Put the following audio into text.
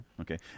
Okay